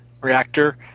reactor